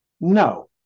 no